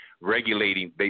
regulating